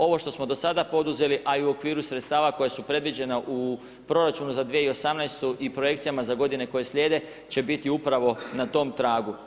Ovo što smo do sada poduzeli a i u okviru sredstava koja su predviđena u proračunu za 2018. i projekcijama za godine koje slijede će biti upravo na tom tragu.